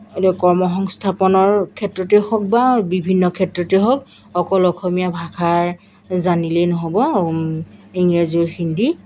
এতিয়া কৰ্ম সংস্থাপনৰ ক্ষেত্ৰতেই হওক বা বিভিন্ন ক্ষেত্ৰতে হওক অকল অসমীয়া ভাষা জানিলেই নহ'ব ইংৰাজী আৰু হিন্দী